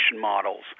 models